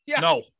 No